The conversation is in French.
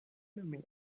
nommée